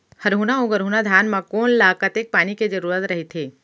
हरहुना अऊ गरहुना धान म कोन ला कतेक पानी के जरूरत रहिथे?